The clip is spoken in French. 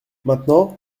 maintenant